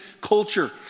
culture